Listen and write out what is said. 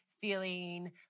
feeling